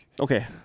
Okay